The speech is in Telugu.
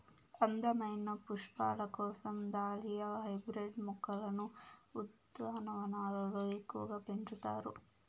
అందమైన పుష్పాల కోసం దాలియా హైబ్రిడ్ మొక్కలను ఉద్యానవనాలలో ఎక్కువగా పెంచుతారు